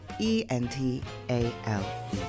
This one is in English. E-N-T-A-L